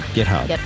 GitHub